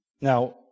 Now